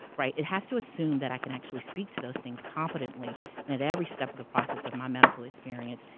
right? it has to assume that i can actually speak to those things competently, and at every step of the process of my medical experience,